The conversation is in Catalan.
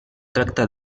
tracta